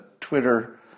Twitter